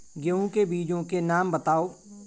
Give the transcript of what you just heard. गेहूँ के बीजों के नाम बताओ?